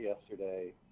yesterday